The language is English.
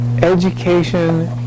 education